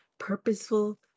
Purposeful